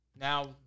Now